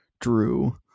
Drew